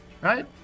right